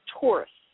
Tourists